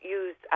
use